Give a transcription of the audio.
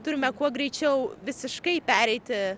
turime kuo greičiau visiškai pereiti